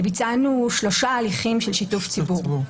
ביצענו שלושה הליכים של שיתוף ציבור.